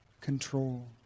control